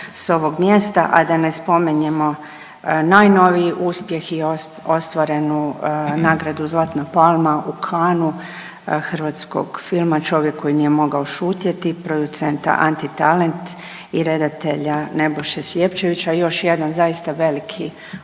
sa ovog mjesta a da ne spominjemo najnoviji uspjeh i ostvarenu nagradu zlatna palma u Canu hrvatskog filam „Čovjek koji nije mogao šutjeti“ producenta Anti talent i redatelja Nebojše Sljepčevića. Još jedan zaista veliki uspjeh